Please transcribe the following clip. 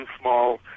small